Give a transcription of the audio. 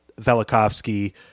Velikovsky